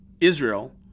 Israel